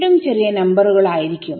വീണ്ടും ചെറിയ നമ്പറുകൾ ആയിരിക്കും